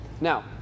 Now